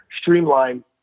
streamline